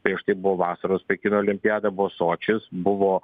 prieš tai buvo vasaros pekino olimpiada buvo sočis buvo